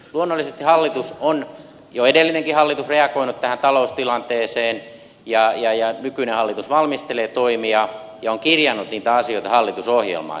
luonnollisesti hallitus on jo edellinenkin hallitus reagoinut tähän taloustilanteeseen ja nykyinen hallitus valmistelee toimia ja on kirjannut niitä asioita hallitusohjelmaan